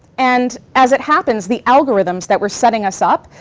and as it happens, the algorithms that were setting us up,